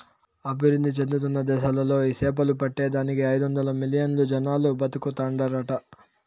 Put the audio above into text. అభివృద్ధి చెందుతున్న దేశాలలో ఈ సేపలు పట్టే దానికి ఐదొందలు మిలియన్లు జనాలు బతుకుతాండారట